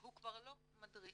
והוא כבר לא מדריך.